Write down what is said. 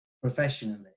professionally